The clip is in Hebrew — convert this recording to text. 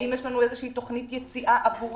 האם יש לנו איזו שהיא תכנית יציאה עבורם.